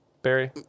Barry